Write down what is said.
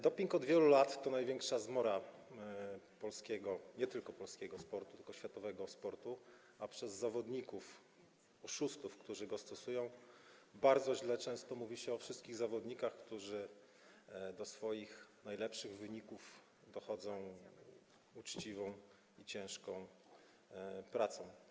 Doping od wielu lat jest największą zmorą nie tylko polskiego sportu, ale i światowego sportu, a przez zawodników oszustów, którzy go stosują, bardzo źle często mówi się o wszystkich zawodnikach, którzy do swoich najlepszych wyników dochodzą uczciwą i ciężką pracą.